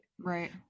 right